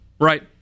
Right